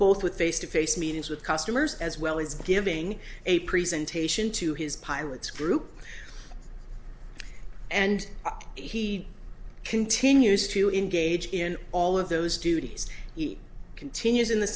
both with face to face meetings with customers as well as giving a presentation to his pilots group and he continues to in gage in all of those duties he continues in the